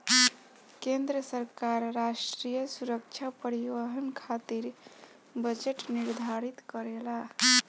केंद्र सरकार राष्ट्रीय सुरक्षा परिवहन खातिर बजट निर्धारित करेला